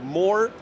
more